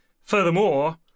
furthermore